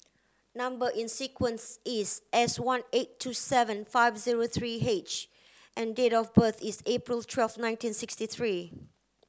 number in sequence is S one eight two seven five zero three H and date of birth is April twelve nineteen sixty three